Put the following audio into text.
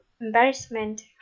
embarrassment